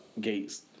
Gates